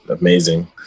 Amazing